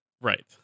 right